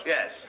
Yes